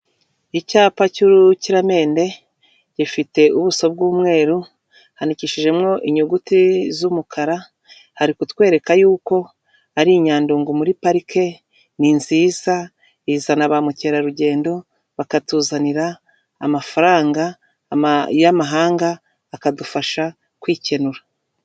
Icyapa cy'urukiramende gifite ubuso bw'umweru, handikishijemwo inyuguti z'umukara, hari kutwereka yuko ari i Nyandungu muri parike, ni nziza izana ba mukerarugendo, bakatuzanira amafaranga y'amahanga akadufasha kwikenura.